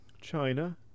China